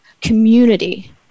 community